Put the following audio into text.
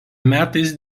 metais